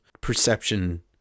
Perception